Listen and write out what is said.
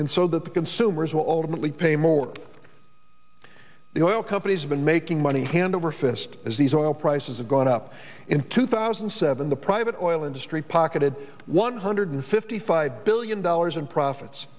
and so that the consumers will ultimately pay more the oil companies have been making money hand over fist as these oil prices have gone up in two thousand and seven the private oil industry pocketed one hundred fifty five billion dollars in profits